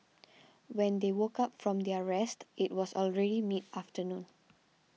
when they woke up from their rest it was already mid afternoon